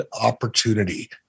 opportunity